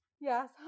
yes